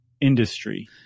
industry